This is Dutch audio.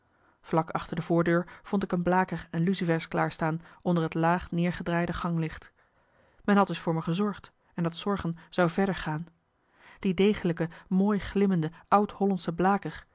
vlak achter de voordeur vond ik een blaker en lucifers klaar staan onder het laag neergedraaide ganglicht men had dus voor me gezorgd en dat zorgen zou verder gaan die degelijke mooi glimmende oud-hollandsche blaker